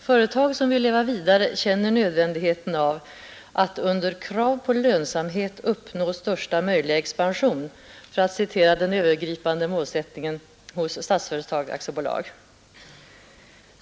Företag som vill leva vidare känner nödvändigheten av ”att under krav på lönsamhet uppnå största möjliga expansion”, för att citera den övergripande målformuleringen hos Statsföretag AB.